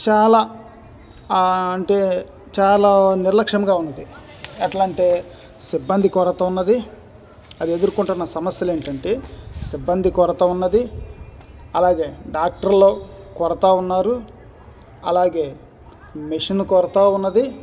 చాలా అంటే చాలా నిర్లక్ష్యంగా ఉంది ఎట్లా అంటే సిబ్బంది కొరత ఉంది అది ఎదుర్కొంటున్న సమస్యలు ఏంటంటే సిబ్బంది కొరత ఉంది అలాగే డాక్టర్లు కొరత ఉన్నారు అలాగే మిషన్ కొరత ఉంది